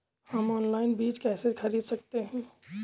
हम ऑनलाइन बीज कैसे खरीद सकते हैं?